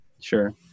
sure